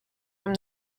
from